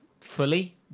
fully